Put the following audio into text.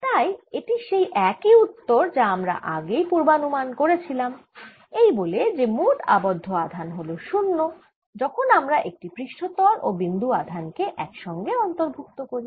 তাই এটি সেই একই উত্তর যা আমরা আগেই পূর্বানুমান করেছিলাম এই বলে যে মোট আবদ্ধ আধান হল 0 যখন আমরা একটি পৃষ্ঠতল ও বিন্দু আধান কে একসঙ্গে অন্তর্ভুক্ত করি